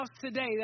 today